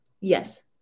Yes